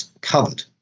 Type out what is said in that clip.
covered